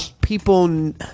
people